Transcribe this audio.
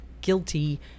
guilty